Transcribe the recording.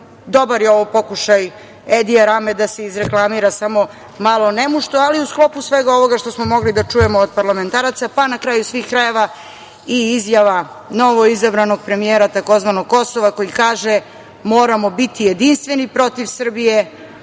dobar je ovo pokušaj Edija Rame da se izreklamira, samo malo nemušto, ali u sklopu svega ovoga što smo mogli da čujemo od parlamentaraca, pa, na kraju svih krajeva, i izjava novoizabranog premijera tzv. Kosova koji kaže - moramo biti jedinstveni protiv Srbije